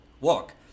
walk